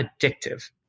addictive